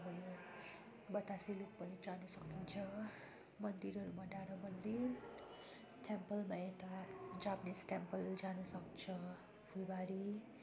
अन्त भयो बतासे लुप पनि जान सकिन्छ मान्दिरहरूमा डाँडा मन्दिर टेम्पलमा यता जापानिज टेम्पल जान सक्छ फुलबारी